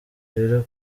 rero